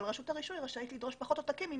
אבל רשות הרישוי רשאית לדרוש פחות עותקים אם